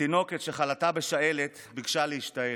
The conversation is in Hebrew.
התינוקת שחלתה בשעלת, ביקשה להשתעל,